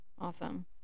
Awesome